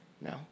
No